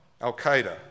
Al-Qaeda